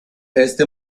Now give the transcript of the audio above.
este